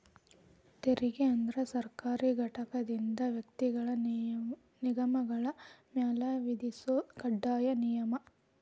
ತೆರಿಗೆ ಅಂದ್ರ ಸರ್ಕಾರಿ ಘಟಕದಿಂದ ವ್ಯಕ್ತಿಗಳ ನಿಗಮಗಳ ಮ್ಯಾಲೆ ವಿಧಿಸೊ ಕಡ್ಡಾಯ ನಿಯಮ